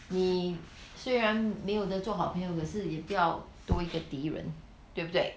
你虽然没有的做好朋友可是也不要多个敌人对不对